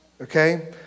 okay